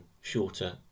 shorter